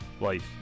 Life